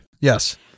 Yes